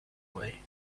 way